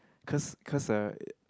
cause cause uh